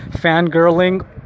fangirling